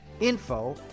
info